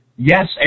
Yes